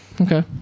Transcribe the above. Okay